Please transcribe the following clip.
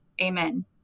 Amen